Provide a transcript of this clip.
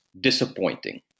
disappointing